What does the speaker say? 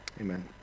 Amen